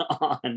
on